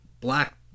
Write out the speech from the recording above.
black